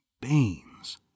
Baines